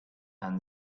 and